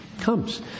comes